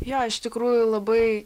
jo iš tikrųjų labai